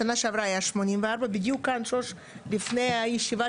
בשנה שעברה היה 84. בדיוק כאן שוש לפני הישיבה